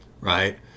right